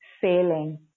sailing